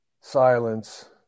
silence